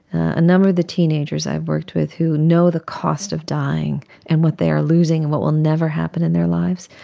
a number of the teenagers i've worked with who know the cost of dying and what they are losing and what will never happen in their lives,